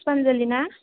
पुसफानजुलि ना